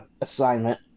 assignment